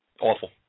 Awful